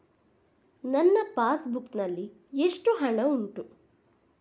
ನನ್ನ passbook ನಲ್ಲಿ ಎಷ್ಟು ಹಣ ಉಂಟು?